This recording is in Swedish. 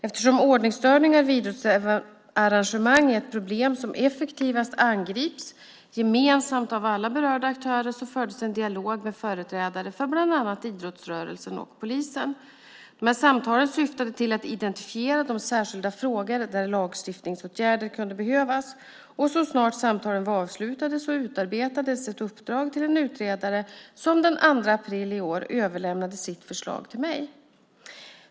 Eftersom ordningsstörningar vid idrottsarrangemang är ett problem som effektivast angrips gemensamt av alla berörda aktörer fördes en dialog med företrädare för bland annat idrottsrörelsen och polisen. Samtalen syftade till att identifiera de särskilda frågor där lagstiftningsåtgärder kunde behövas. Så snart samtalen var avslutade utarbetades ett uppdrag till en utredare som den 2 april i år överlämnade sitt förslag till mig.